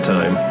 Time